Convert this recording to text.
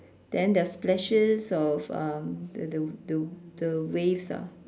then there are splashes of um the the the the waves ah